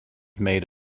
made